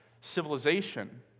Civilization